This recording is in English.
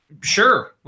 Sure